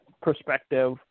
Perspective